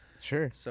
Sure